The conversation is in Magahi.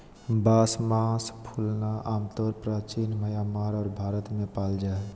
बांस मास फूलना आमतौर परचीन म्यांमार आर भारत में पाल जा हइ